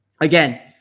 Again